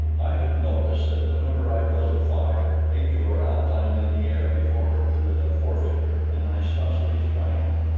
i had noticed that whenever i built a fire, ajor outlined in the air before her with a forefinger an isosceles triangle,